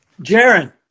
Jaron